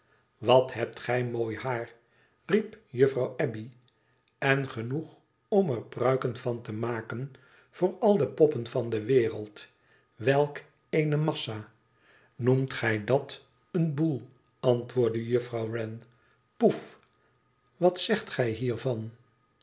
wat hebt gij mooi haar riep juffrouw abbey n genoeg om er pruiken van te maken voor al de poppen van de wereld welk eene massa noemt gij dat een boel antwoordde juffrouw wren poef wat zegt gij dan hiervan